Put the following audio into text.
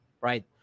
right